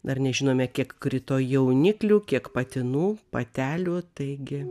dar nežinome kiek krito jauniklių kiek patinų patelių taigi